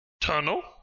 Tunnel